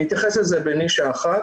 אני אתייחס לזה בנישה אחת.